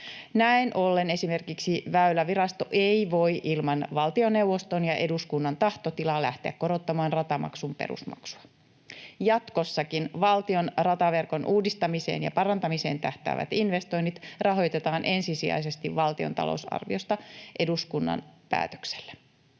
Näin ollen esimerkiksi Väylävirasto ei voi ilman valtioneuvoston ja eduskunnan tahtotilaa lähteä korottamaan ratamaksun perusmaksua. Jatkossakin valtion rataverkon uudistamiseen ja parantamiseen tähtäävät investoinnit rahoitetaan ensisijaisesti valtion talousarviosta eduskunnan päätöksellä.